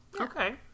Okay